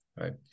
right